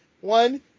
One